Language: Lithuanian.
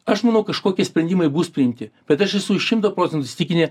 aš manau kažkokie sprendimai bus priimti bet aš esu šimtą procentų įsitikinęs